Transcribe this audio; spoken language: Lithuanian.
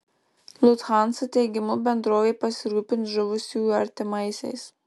lufthansa teigimu bendrovė pasirūpins žuvusiųjų artimaisiais